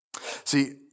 See